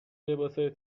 لباسای